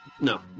No